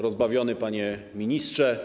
Rozbawiony Panie Ministrze!